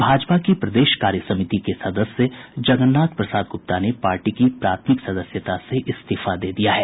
भाजपा की प्रदेश कार्य समिति के सदस्य जगन्नाथ प्रसाद गुप्ता ने पार्टी की प्राथमिक सदस्यता से इस्तीफा दे दिया है